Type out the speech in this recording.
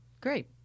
great